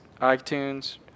iTunes